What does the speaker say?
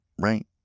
right